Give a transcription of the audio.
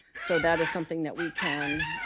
so that is something that we can,